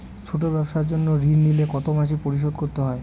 ছোট ব্যবসার জন্য ঋণ নিলে কত মাসে পরিশোধ করতে হয়?